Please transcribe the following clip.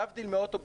להבדיל מאוטובוס,